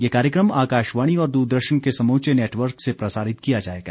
यह कार्यक्रम आकाशवाणी और दूरदर्शन के समूचे नेटवर्क से प्रसारित किया जाएगा